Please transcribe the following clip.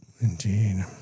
Indeed